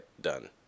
done